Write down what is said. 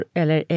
eller